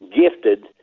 gifted